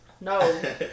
No